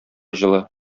җылы